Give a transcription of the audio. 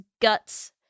guts